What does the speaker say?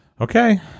Okay